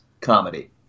comedy